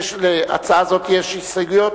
להצעה הזאת יש הסתייגויות?